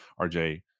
RJ